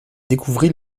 découvrit